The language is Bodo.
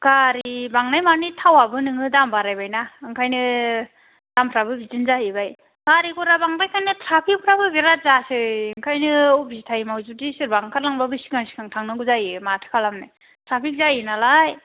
गारि बांनाय मानि थावआबो नोङो दाम बारायबाय ना ओंखायनो दामफ्राबो बिदिनो जाहैबाय गारि गरा बांद्रायखायनो ट्राफिकफ्राबो बिराथ जासै ओंखायनो अफिस टाइमाव सोरबाफोर ओंखारलांबाबो सिगां सिगां थांनांगौ जायो माथो खालामनो ट्राफिक जायो नालाय